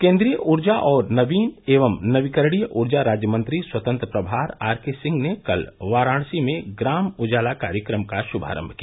केंद्रीय ऊर्जा और नवीन एवं नवीकरणीय ऊर्जा राज्य मंत्री स्वतंत्र प्रभार आर के सिंह ने कल वाराणसी में ग्राम उजाला कार्यक्रम का शुभारंभ किया